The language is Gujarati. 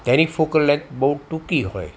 તેની ફોકલ લેંથ બહુ ટૂંકી હોય